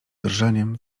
drżeniem